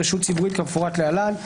"רשות ציבורית" כמפורט להלן: